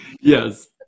Yes